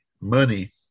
Money